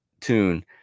tune